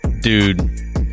dude